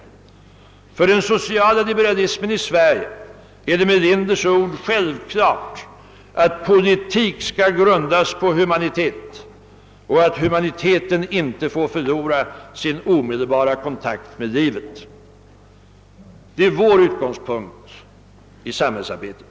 För den sociala liberalismen i Sverige är det med Linders ord »självklart att politik skall grundas på humanitet och att humaniteten inte får förlora sin omedelbara kontakt med livet». Det är vår utgångspunkt i samhällsarbetet.